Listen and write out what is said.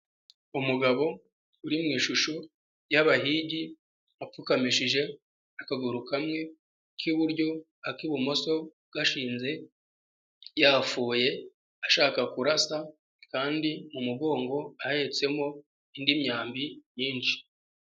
Umugabo uri mu ishusho y'abahigi apfukamishije akaguru kamwe k'iburyo ak'ibumoso gashinze, yafoye ashaka kurasa, kandi mu mugongo ahetsemo indi myambi myinshi.